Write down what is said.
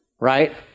right